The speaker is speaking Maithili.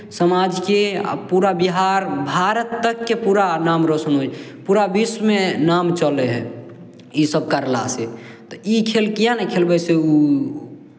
समाजके आ पूरा बिहार भारत तकके पूरा नाम रोशन होइ पूरा विश्वमे नाम चलै हइ इसभ करलासँ तऽ ई खेल किएक नहि खेलबै से ओ